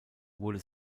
wurde